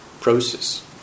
Process